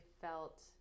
felt